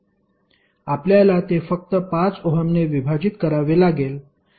आपल्याला ते फक्त 5 ओहमने विभाजित करावे लागेल